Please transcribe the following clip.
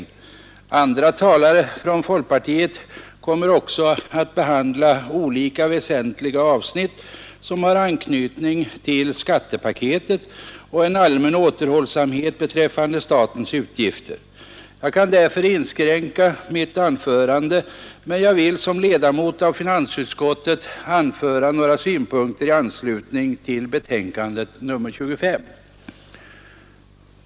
Också andra talare från folkpartiet kommer att behandla olika väsentliga avsnitt, som har anknytning till skattepaketet och en allmän återhållsamhet beträffande statens utgifter. Jag kan därför inskränka mitt anförande, men jag vill såsom ledamot av finansutskottet anföra några synpunkter i anslutning till betänkandet nr 25.